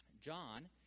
John